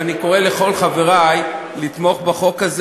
ואני קורא לכל חברי לתמוך בחוק הזה